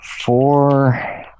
Four